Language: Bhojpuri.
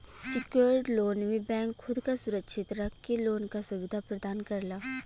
सिक्योर्ड लोन में बैंक खुद क सुरक्षित रख के लोन क सुविधा प्रदान करला